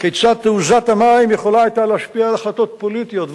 כיצד תעוזת המים יכולה היתה להשפיע על החלטות פוליטיות,